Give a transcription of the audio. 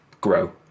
grow